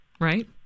right